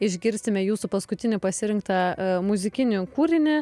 išgirsime jūsų paskutinį pasirinktą muzikinį kūrinį